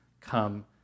come